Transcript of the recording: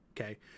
Okay